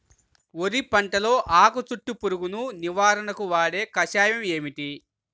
వరి పంటలో ఆకు చుట్టూ పురుగును నివారణకు వాడే కషాయం ఏమిటి?